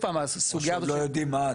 או שלא יודעים מה ההצדקה.